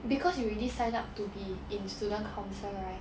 because you already sign up to be in student council right